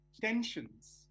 tensions